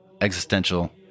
existential